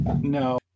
No